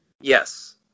Yes